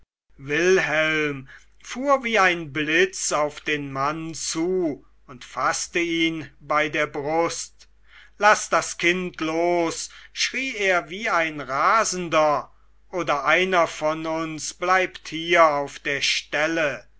wilhelm fuhr wie ein blitz auf den mann zu und faßte ihn bei der brust laß das kind los schrie er wie ein rasender oder einer von uns bleibt hier auf der stelle